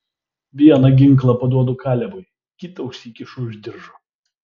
vieną ginklą paduodu kalebui kitą užsikišu už diržo